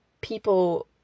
people